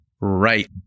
right